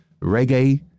Reggae